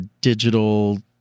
Digital